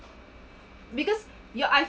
because your I